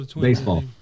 baseball